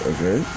Okay